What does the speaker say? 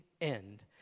end